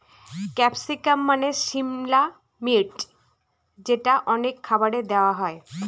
capsicum মানে সিমলা মির্চ যেটা অনেক খাবারে দেওয়া হয়